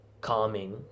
calming